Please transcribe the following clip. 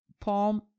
palm